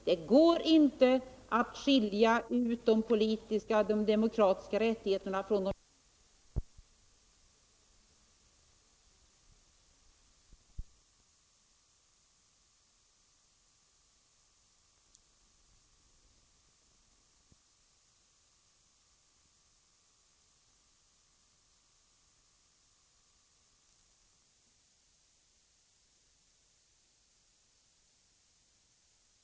Det går inte att skilja de politiska och demokratiska rättigheterna från de ekonomisk-sociala. Det finns ett samband mellan dessa, och detta samband kommer vi allt framgent att hävda i vår ulandspolitik såsom det också framgick av mitt anförande här på förmiddagen.